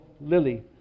Lily